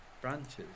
Branches